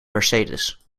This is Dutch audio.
mercedes